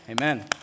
Amen